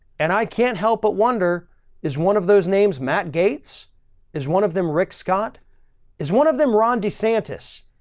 and i can't help but wonder is one of those names. matt gaetz is one of them. rick scott is one of them. ron desantis,